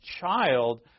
child